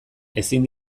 ezin